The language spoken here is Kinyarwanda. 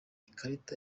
ikarita